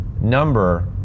number